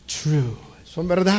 true